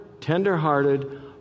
tender-hearted